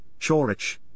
Chorich